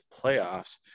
playoffs